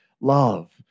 love